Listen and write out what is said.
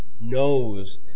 knows